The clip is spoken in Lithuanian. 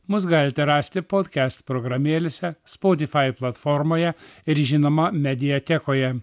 mus galite rasti podcast programėlėse spotify platformoje ir žinoma mediatekoje